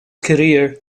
career